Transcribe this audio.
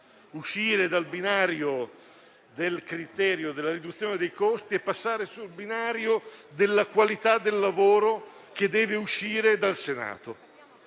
uscire dal binario del criterio della riduzione dei costi e passare su quello della qualità del lavoro che dev'essere svolto dal Senato,